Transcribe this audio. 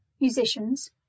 musicians